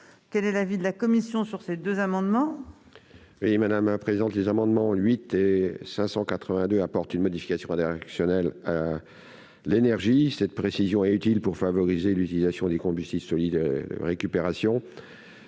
Quel est l'avis de la commission sur ces amendements ?